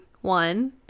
one